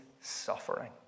suffering